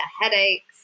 headaches